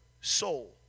soul